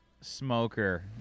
smoker